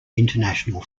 international